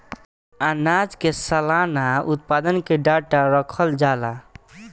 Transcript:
आनाज के सलाना उत्पादन के डाटा रखल जाला